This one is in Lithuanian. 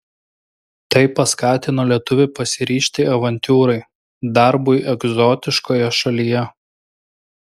tai paskatino lietuvį pasiryžti avantiūrai darbui egzotiškoje šalyje